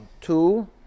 two